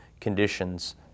conditions